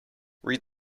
read